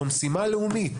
זאת משימה לאומית